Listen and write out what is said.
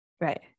Right